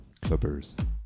clubbers